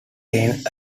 lanes